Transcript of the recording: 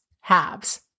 halves